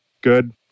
good